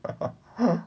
what about her